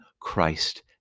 Christ